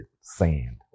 sand